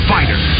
Fighter